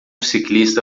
ciclista